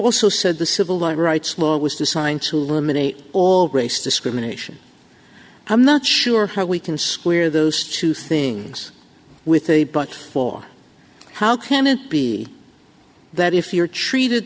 also said the civil rights law was designed to eliminate all race discrimination i'm not sure how we can square those two things with a but for how can it be that if you're treated